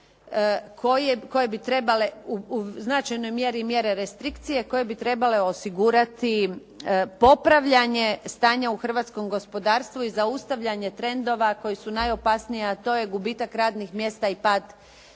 koje bi trebale u značajnoj mjeri i mjere restrikcije koje bi trebale osigurati popravljanje stanja u hrvatskom gospodarstvu i zaustavljanje trendova koji su najopasniji a to je gubitak radnih mjesta i pad